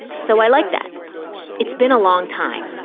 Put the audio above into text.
so i like that it's been a long time.